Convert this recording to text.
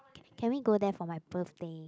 can we go there for my birthday